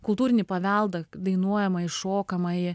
kultūrinį paveldą dainuojamąjį šokamąjį